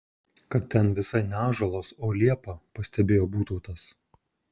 kad ten visai ne ąžuolas o liepa pastebėjo būtautas